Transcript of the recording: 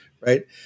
right